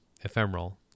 ephemeral